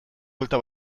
buelta